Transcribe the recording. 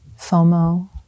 FOMO